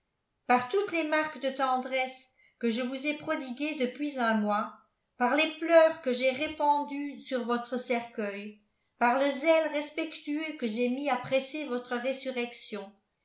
par toutes les marques de tendresse que je vous ai prodiguées depuis un mois par les pleurs que j'ai répandus sur votre cercueil par le zèle respectueux que j'ai mis à presser votre résurrection